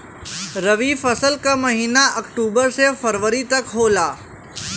रवी फसल क महिना अक्टूबर से फरवरी तक होला